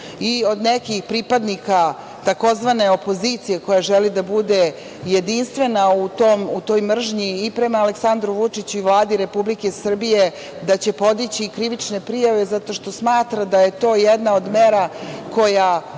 i od nekih pripadnika tzv. opozicije, koja želi da bude jedinstvena u toj mržnji i prema Aleksandru Vučiću i Vladi Republike Srbije, da će podići krivične prijave zato što smatra da je to jedna od mera koja